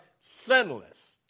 sinless